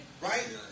Right